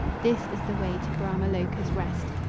this is the way to brahma loca's rest.